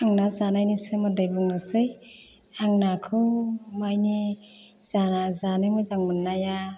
आं ना जानायनि सोमोन्दै बुंनोसै आं नाखौ मानि जा जानो मोजां मोन्नाया